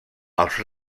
els